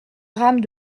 grammes